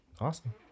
Awesome